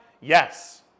Yes